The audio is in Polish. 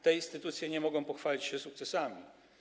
Te instytucje nie mogą pochwalić się sukcesami.